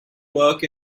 work